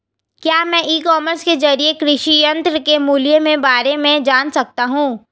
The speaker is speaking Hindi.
क्या मैं ई कॉमर्स के ज़रिए कृषि यंत्र के मूल्य में बारे में जान सकता हूँ?